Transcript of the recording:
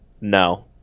No